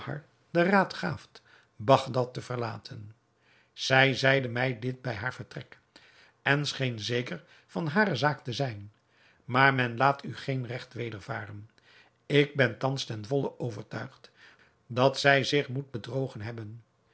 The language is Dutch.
den raad gaaft bagdad te verlaten zij zeide mij dit bij haar vertrek en scheen zeker van hare zaak te zijn maar men laat u geen regt wedervaren ik ben thans ten volle overtuigd dat zij zich moet bedrogen hebben